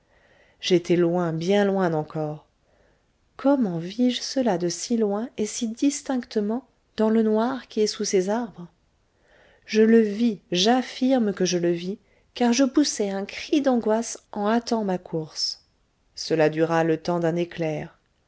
j'étais loin bien loin encore comment vis je cela de si loin et si distinctement dans le noir qui est sous ces arbres je le vis j'affirme que je le vis car je poussai un cri d'angoisse en hâtant ma course cela dura le temps d'un éclair